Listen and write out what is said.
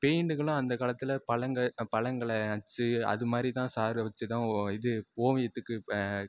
பெயிண்ட்டுக்கெலாம் அந்தக்காலத்தில் பழங்கள் பழங்களை வச்சு அதுமாதிரி தான் சாறை வச்சுதான் இது ஓவியத்துக்கு